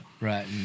right